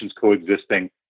coexisting